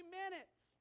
minutes